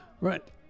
Right